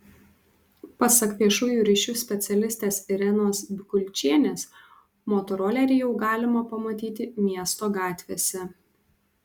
pasak viešųjų ryšių specialistės irenos bikulčienės motorolerį jau galima pamatyti miesto gatvėse